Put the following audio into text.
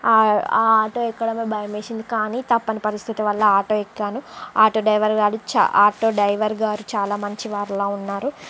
ఆ ఆ ఆటో ఎక్కడమే భయమేసింది కానీ తప్పని పరిస్థితి వల్ల ఆటో ఎక్కాను ఆటో డ్రైవర్ గాడు చాలా ఆటో డ్రైవర్ గారు చాలా మంచివారిలా ఉన్నారు